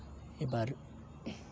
ᱮᱵᱟᱨ